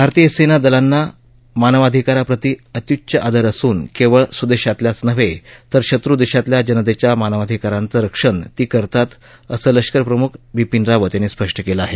भारतीय सेना दलांना मानवाधिकारांप्रति अत्यूच्च आदर असून केवळ स्वदेशातल्याच नव्हे तर शत्र् देशातल्या जनतेच्या मानवाधिकारांचं रक्षण ती करतात असं लष्कर प्रमुख बिपिन रावत यांनी स्पष्ट केलं आहे